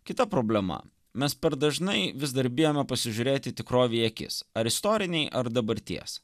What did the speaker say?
kita problema mes per dažnai vis dar bijome pasižiūrėti tikrovei į akis ar istoriniai ar dabarties